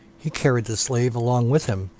he carried the slave along with him,